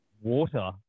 water